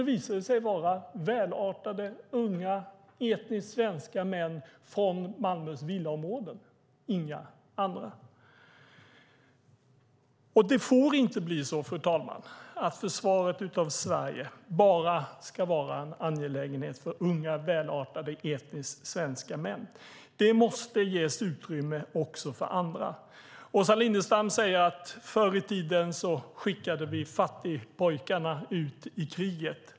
Det visade sig vara välartade unga, etniskt svenska män från Malmös villaområden - inga andra - som gjorde det. Fru talman! Det får inte bli så att försvaret av Sverige ska vara en angelägenhet bara för unga välartade, etniskt svenska män. Det måste ges utrymme också för andra. Åsa Lindestam säger att förr i tiden skickades fattigpojkarna ut i krig.